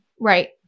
Right